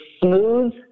smooth